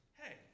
hey